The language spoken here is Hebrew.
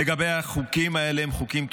לגבי החוקים האלה, הם חוקים טובים,